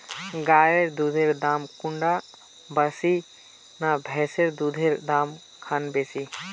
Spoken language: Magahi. गायेर दुधेर दाम कुंडा बासी ने भैंसेर दुधेर र दाम खान बासी?